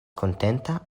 kontenta